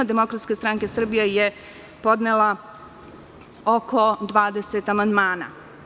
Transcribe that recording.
Demokratska stranka Srbije je podnela oko 20 amandmana.